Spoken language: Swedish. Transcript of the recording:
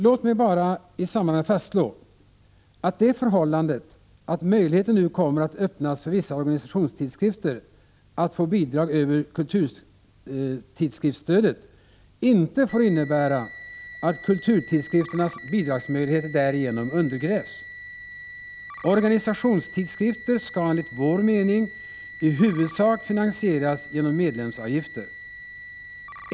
Låt mig bara i sammanhanget fastslå, att det förhållandet att möjligheter nu kommer att öppnas för vissa organisationstidskrifter att få bidrag över kulturtidskriftsstödet inte får innebära att kulturtidskrifternas bidragsmöjligheter därigenom undergrävs. Organisationstidskrifter skall enligt vår mening i huvudsak finansieras genom medlemsavgifter.